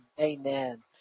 amen